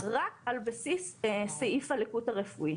רק על בסיס סעיף הלקות הרפואית.